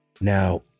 now